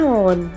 on